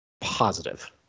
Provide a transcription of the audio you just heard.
positive